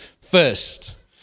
first